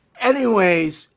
anyways,